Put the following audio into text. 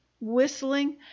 whistling